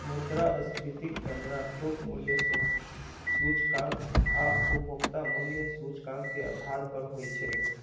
मुद्रास्फीतिक गणना थोक मूल्य सूचकांक आ उपभोक्ता मूल्य सूचकांक के आधार पर होइ छै